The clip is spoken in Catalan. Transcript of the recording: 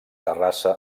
terrassa